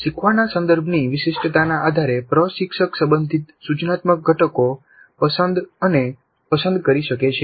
શીખવાના સંદર્ભની વિશિષ્ટતાના આધારે પ્રશિક્ષક સંબંધિત સૂચનાત્મક ઘટકો પસંsદ અને પસંદ કરી શકે છે